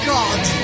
God